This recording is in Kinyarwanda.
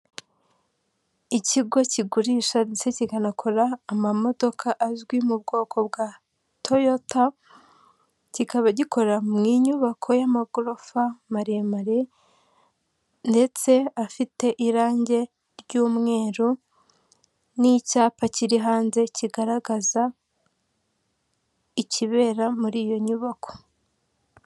Ikigo kigurisha ndetse kikanakora amamodoka azwi mu bwoko bwa toyoto, kikaba gikora mu inyubako y'amagorofa maremare ndetse afite irangi ry'umweru n'icyapa kiri hanze kigaragaza ikibera muri iyo nyubako.